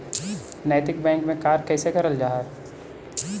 नैतिक बैंक में कार्य कैसे करल जा हई